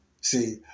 See